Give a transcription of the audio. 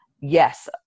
yes